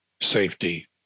safety